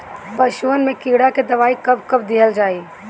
पशुअन मैं कीड़ा के दवाई कब कब दिहल जाई?